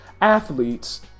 athletes